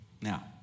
Now